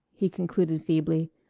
he concluded feebly,